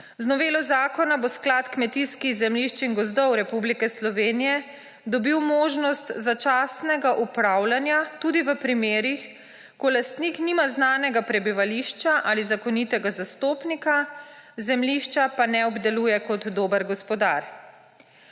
Z novelo zakona bo Sklad kmetijskih zemljišč in gozdov Republike Slovenije dobil možnost začasnega upravljanja tudi v primerih, ko lastnik nima znanega prebivališča ali zakonitega zastopnika, zemljišča pa ne obdeluje kot dober gospodar.